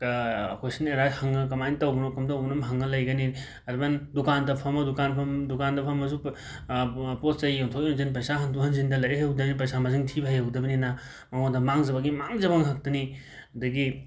ꯀꯣꯏꯁꯟ ꯑꯦꯔꯥꯏ ꯍꯪꯉ ꯀꯃꯥꯏꯅ ꯇꯧꯕꯅꯣ ꯀꯝꯗꯧꯕꯅꯣ ꯁꯨꯝ ꯍꯪꯉꯒ ꯂꯩꯒꯅꯤ ꯑꯗꯨꯃꯥꯏꯟ ꯗꯨꯀꯥꯟꯗ ꯐꯃ ꯗꯨꯀꯥꯟ ꯐꯝ ꯗꯨꯀꯥꯟꯗ ꯐꯝꯃꯁꯨ ꯄ ꯄꯣꯠ ꯆꯩ ꯌꯣꯟꯊꯣꯛ ꯌꯣꯟꯁꯤꯟ ꯄꯩꯁꯥ ꯍꯟꯗꯣꯛ ꯍꯟꯖꯤꯟꯗ ꯂꯥꯏꯔꯤꯛ ꯍꯩꯍꯧꯗꯩ ꯄꯩꯁꯥ ꯃꯁꯤꯡ ꯊꯤꯕ ꯍꯩꯍꯧꯗꯕꯅꯤꯅ ꯃꯉꯣꯟꯗ ꯃꯥꯡꯖꯕꯒꯤ ꯃꯥꯡꯖꯕ ꯉꯥꯛꯇꯅꯤ ꯑꯗꯒꯤ